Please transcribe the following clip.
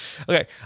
Okay